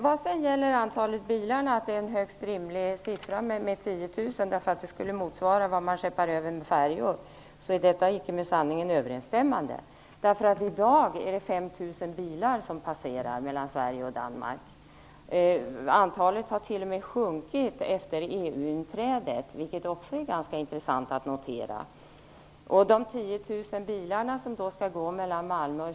Påståendet att 10 000 bilar skulle vara en rimlig siffra eftersom det skulle motsvara vad man skeppar över med färjor är icke med sanningen överensstämmande. I dag passerar det 5 000 bilar per medeldygn mellan Sverige och Danmark. Antalet har t.o.m. sjunkit efter EU-inträdet, vilket också är ganska intressant att notera.